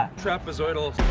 trapezoidal.